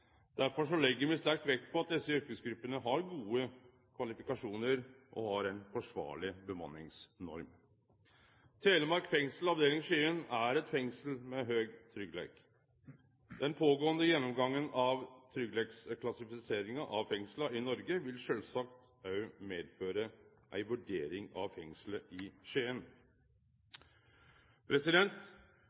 Derfor legg me sterk vekt på at desse yrkesgruppene har gode kvalifikasjonar og har ei forsvarleg bemanningsnorm. Telemark fengsel, Skien avdeling er eit fengsel med høg tryggleik. Den pågåande gjennomgangen av tryggleiksklassifiseringa av fengsla i Noreg vil sjølvsagt òg medføre ei vurdering av fengselet i